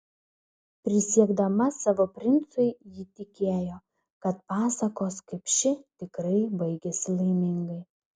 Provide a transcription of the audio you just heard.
prisiekdama savo princui ji tikėjo kad pasakos kaip ši tikrai baigiasi laimingai